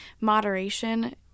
moderation